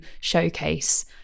showcase